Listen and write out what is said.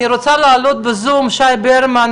אני רוצה להעלות בזום את שי ברמן,